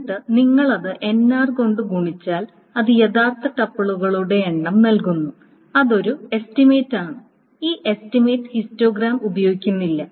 എന്നിട്ട് നിങ്ങൾ അത് nr കൊണ്ട് ഗുണിച്ചാൽ അത് യഥാർത്ഥ ടുപ്പിളുകളുടെ എണ്ണം നൽകുന്നു അത് ഒരു എസ്റ്റിമേറ്റാണ് ഈ എസ്റ്റിമേറ്റ് ഹിസ്റ്റോഗ്രാം ഉപയോഗിക്കുന്നില്ല